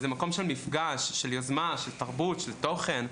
איזה מקום של מפגש, של יוזמה, של תרבות, של תוכן.